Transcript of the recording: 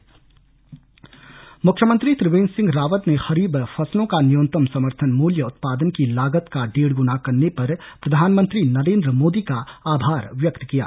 आभार मुख्यमंत्री त्रिवेन्द्र सिंह रावत ने खरीफ फसलों का न्यूनतम समर्थन मूल्य उत्पादन की लागत का डेढ गुना करने पर प्रधानमंत्री नरेंद्र मोदी का आभार व्यक्त किया है